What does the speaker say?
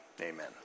Amen